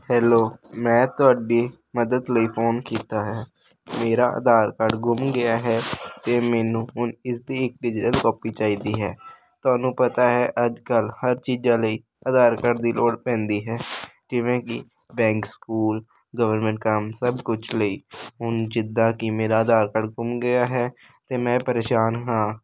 hello ਮੈਂ ਤੁਹਾਡੀ ਮਦਦ ਲਈ ਫੋਨ ਕੀਤਾ ਹੈ ਮੇਰਾ ਆਧਾਰ ਕਾਰਡ ਗੁੰਮ ਗਿਆ ਹੈ ਅਤੇ ਮੈਨੂੰ ਹੁਣ ਇਸਦੀ ਇੱਕ ਡਿਜ਼ਲ ਕੋਪੀ ਚਾਹੀਦੀ ਹੈ ਤੁਹਾਨੂੰ ਪਤਾ ਹੈ ਅੱਜ ਕੱਲ੍ਹ ਹਰ ਚੀਜ਼ਾਂ ਲਈ ਆਧਾਰ ਕਾਰਡ ਦੀ ਲੋੜ ਪੈਂਦੀ ਹੈ ਜਿਵੇਂ ਕਿ ਬੈਂਕ ਸਕੂਲ ਗਵਰਨਮੈਂਟ ਕੰਮ ਸਭ ਕੁਛ ਲਈ ਹੁਣ ਜਿੱਦਾਂ ਕਿ ਮੇਰਾ ਆਧਾਰ ਕਾਰਡ ਗੁੰਮ ਗਿਆ ਹੈ ਅਤੇ ਮੈਂ ਪਰੇਸ਼ਾਨ ਹਾਂ